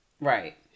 Right